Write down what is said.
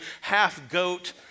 half-goat